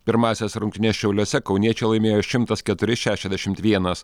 pirmąsias rungtynes šiauliuose kauniečiai laimėjo šimtas keturi šešiasdešimt vienas